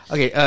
Okay